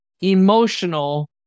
emotional